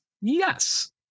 Yes